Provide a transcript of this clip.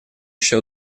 еще